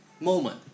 moment